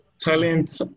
Talent